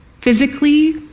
physically